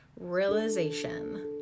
Realization